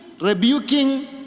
rebuking